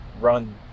run